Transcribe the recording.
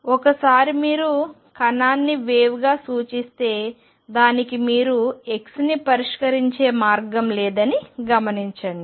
ఒకసారి మీరు కణాన్ని వేవ్గా సూచిస్తే దానికి మీరు xని పరిష్కరించే మార్గం లేదని గమనించండి